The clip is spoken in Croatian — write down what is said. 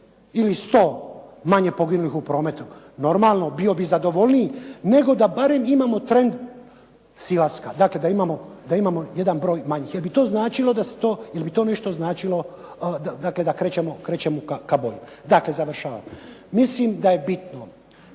ili 100 manje poginulih u prometu, normalno bih zadovoljniji, nego da barem imamo trend silaska, dakle da imamo jedan broj manji. Jer bi to nešto značilo, da krećemo ka boljem. Dakle, završavam, mislim da je bitno